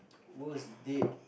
worst date